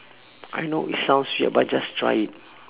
I know it sounds weird but just try it